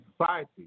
society